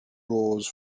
rose